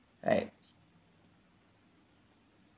right